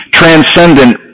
transcendent